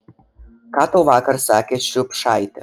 ką tau vakar sakė šriubšaitė